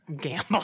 Gamble